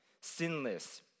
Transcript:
Sinless